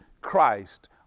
Christ